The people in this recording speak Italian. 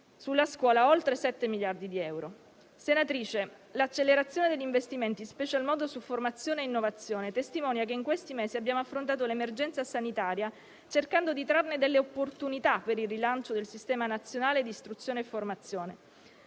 sulla scuola oltre 7 miliardi di euro. Senatrice, l'accelerazione degli investimenti, in special modo su formazione e innovazione, testimonia che in questi mesi abbiamo affrontato l'emergenza sanitaria cercando di trarne delle opportunità per il rilancio del sistema nazionale di istruzione e formazione.